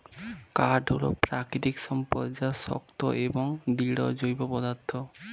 কাঠ হল প্রাকৃতিক সম্পদ যা শক্ত এবং দৃঢ় জৈব পদার্থ